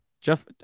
Jeff